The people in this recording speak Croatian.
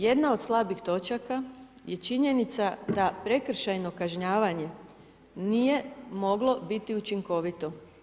Jedna od slabih točaka je činjenica da prekršajno kažnjavanje nije moglo biti učinkovito.